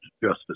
Justice